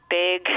big